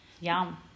Yum